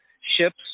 ships